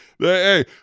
Hey